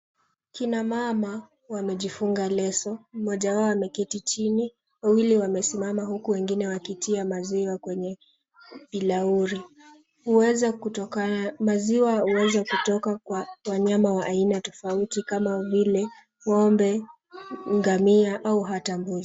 Kina mama wamejifunga leso ,mmoja wao ameketi chini ,wawili wamesimama huku wengine wakitia maziwa kwenye bilauri, maziwa uweza kutoka kwa wanyama wa aina tofauti kama vile ng'ombe ngamia au ata mbuzi.